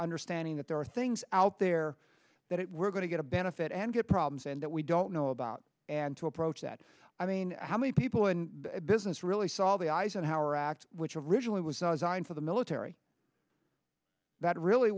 understanding that there are things out there that we're going to get a benefit and get problems and that we don't know about and to approach that i mean how many people in business really saw the eisenhower act which originally was a zine for the military that really